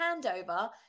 handover